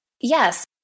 Yes